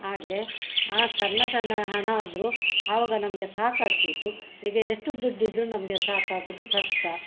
ಹಾಗೆ ಆ ಸಣ್ಣ ಸಣ್ಣ ಹಣ ಆದರೂ ಆವಾಗ ನಮಗೆ ಸಾಕಾಗ್ತಿದ್ದು ಈಗ ಎಷ್ಟು ದುಡ್ಡಿದ್ರೂ ನಮಗೆ ಸಾಕಾಗುದು ಕಷ್ಟ